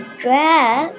dress